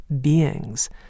beings